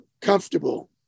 comfortable